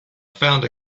found